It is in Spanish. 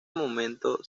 momento